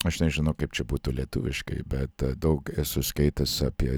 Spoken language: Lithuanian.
aš nežinau kaip čia būtų lietuviškai bet daug esu skaitęs apie